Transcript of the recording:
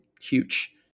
huge